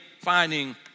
finding